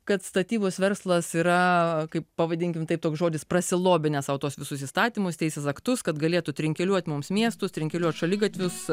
kad statybos verslas yra kaip pavadinkim taip toks žodis prasilobinęs sau tuos visus įstatymus teisės aktus kad galėtų trinkeliuot mums miestus trinkeliuot šaligatvius